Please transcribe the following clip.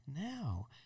Now